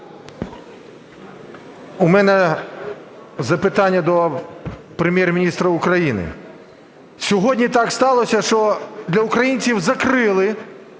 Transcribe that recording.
У мене запитання до Прем'єр-міністра України. Сьогодні так сталося, що для українців закрили